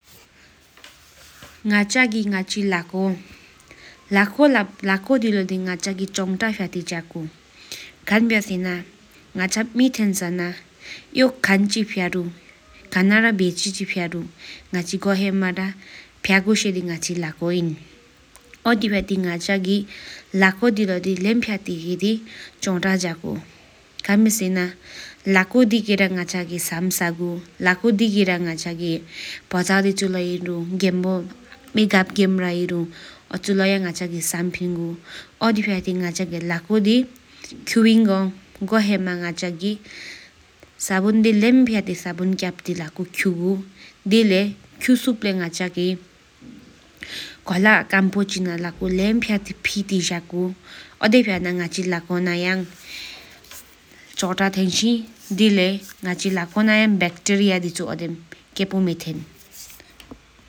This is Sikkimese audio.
ང་ཅ་གི་ང་ཅི་ལ་ཀོ་ཆང་ཏ་ཛཀ་གུ་ཁན་བྱས་སྣ་ང་ཅ་གས་མེ་འཐེནས་ནག་ང་ཅ་གི་ཡོ་ཁན་ཅི་ཕྱྭ་རུང་ཁ་ན་ཕྱྭ་རུང་ཡོ་མོང་པི་གྱ་བླེ་ལ་ཀོ་ཏེ་ལོ་ལེམ་ཕྱ་ཏི་ཁྱུ་གུ་པོ་དེ་ལེཔ་ཏི་ར་ཁེ་ཅི་ཏ་ཧེ། ཁན་བྱས་སྣ་ང་ཅ་གི་ལ་ཀོ་དི་གི་སམ་ས་གོ་དེ་ལེ་ལ་ཀོ་དེ་གེ་ར་ཕོ་ཕྱོ་དེ་ཕྱོ་ལོ་སམ་ཐ་ཨ་ཇོ་ཨ་ན་ཆུ་ལོ་སམ་ཕྱི་ངུ། ཨོ་དི་ཕྱ་ཏི་ལ་ཀོ་དི་ཆང་ཏ་ཛཀ་གུ་པོ་དི་ལེབ་ཏི་ཏ་ཁེ་ཅི་ཏ་ཧེ་པོ་ཨན།